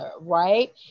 right